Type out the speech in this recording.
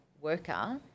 worker